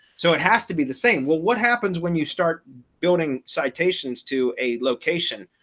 so it has to be the same well what happens when you start building citations to a location